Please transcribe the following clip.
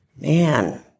man